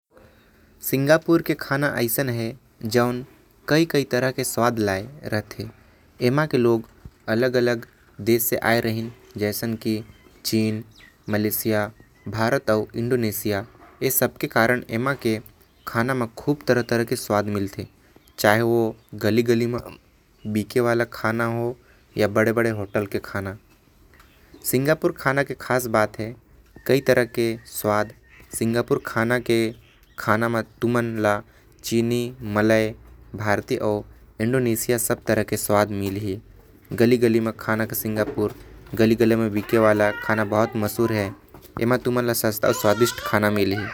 सिंगापुर के खाना बहुते अलग अलग प्रकार के अउ स्वाद के होथे। चीन, भारत, मलेशिया अउ इंडोनेशिया से लोग मन। यहा के बसीन ह जे कारण एमन के अलग अलग खाना होथे। यहा तुमन ल सस्ता अउ स्वादिष्ट खाना मिलथे।